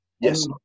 Yes